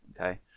Okay